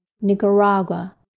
Nicaragua